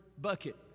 bucket